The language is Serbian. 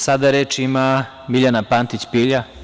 Sada reč ima Biljana Pantić Pilja.